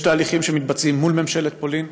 יש תהליכים שמתבצעים מול ממשלת פולין.